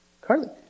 Carly